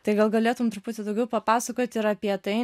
tai gal galėtum truputį daugiau papasakot ir apie tai